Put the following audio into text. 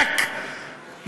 טק,